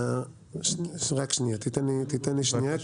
ראשית,